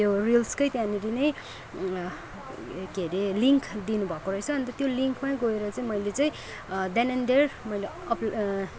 त्यो रिल्सकै त्यहाँनिर नै के रे लिङ्क दिनुभएको रहेछ अनि त्यो लिङ्कमा गएर चाहिँ मैले चाहिँ देन एन्ड दियर मैले